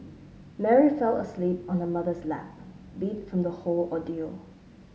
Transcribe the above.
Mary fell asleep on her mother's lap beat from the whole ordeal